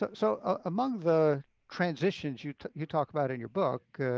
so ah among the transitions you you talk about in your book,